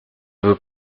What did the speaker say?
veux